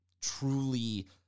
truly